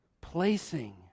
placing